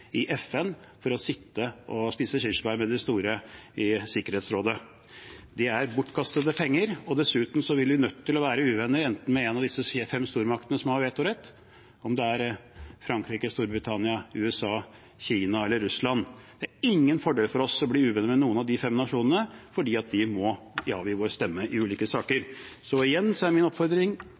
FN for å sitte og spise kirsebær med de store i Sikkerhetsrådet. Det er bortkastede penger, og dessuten vil vi bli nødt til å være uvenner med en av disse fem stormaktene som har vetorett, enten det er Frankrike, Storbritannia, USA, Kina eller Russland. Det er ingen fordel for oss å bli uvenner med noen av de fem nasjonene, fordi vi må avgi vår stemme i ulike saker. Igjen er min oppfordring: